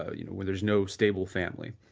ah you know, there is no stable family?